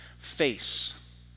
face